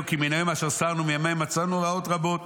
כי מן היום אשר סרנו מעימהם מצאונו רעות רבות.